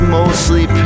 mostly